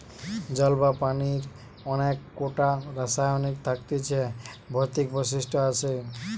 জল বা পানির অনেক কোটা রাসায়নিক থাকতিছে ভৌতিক বৈশিষ্ট আসে